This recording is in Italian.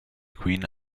queen